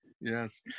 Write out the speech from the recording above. Yes